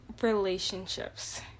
relationships